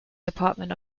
department